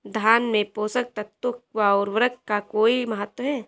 धान में पोषक तत्वों व उर्वरक का कोई महत्व है?